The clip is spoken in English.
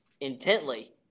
intently